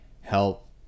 help